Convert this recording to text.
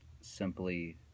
simply